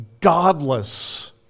godless